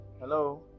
Hello